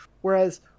Whereas